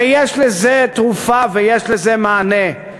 ויש לזה תרופה, ויש לזה מענה,